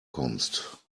kommst